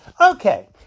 Okay